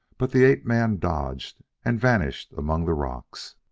but the ape-man dodged and vanished among the rocks.